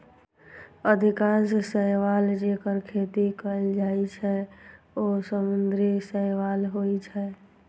अधिकांश शैवाल, जेकर खेती कैल जाइ छै, ओ समुद्री शैवाल होइ छै